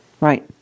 Right